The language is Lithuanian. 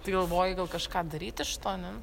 tai galvoji gal kažką daryt iš to ne